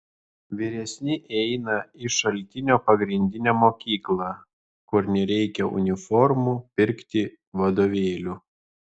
vyresni eina į šaltinio pagrindinę mokyklą kur nereikia uniformų pirkti vadovėlių